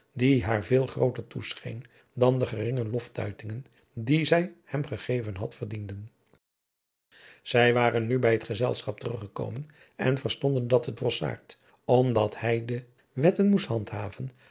die haar veel grooter toescheen dan de geringe lostuitingen die zij hem gegeven had verdienden zij waren nu bij het gezelschap teruggekomen en verstonden dat de drossaard omdat hij de werten moest handhaven